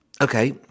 okay